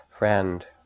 friend